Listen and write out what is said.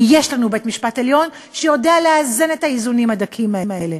ויש לנו בית-משפט עליון שיודע לאזן את האיזונים הדקים האלה.